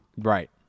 right